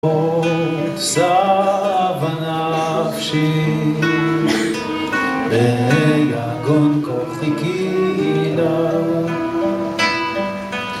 רעות סבה נפשי, ביגון כוחי כלה